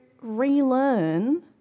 relearn